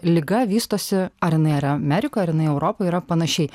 liga vystosi ar jinai yra amerikoj ar jinai europoj yra panašiai